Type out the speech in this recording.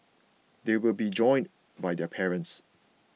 they will be joined by their parents